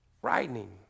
Frightening